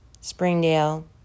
Springdale